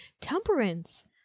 temperance